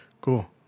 cool